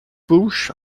busch